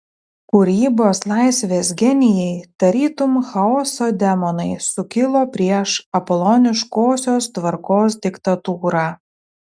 kūrybos laisvės genijai tarytum chaoso demonai sukilo prieš apoloniškosios tvarkos diktatūrą